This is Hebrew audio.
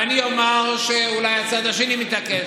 אני אומר שאולי הצד השני מתעקש.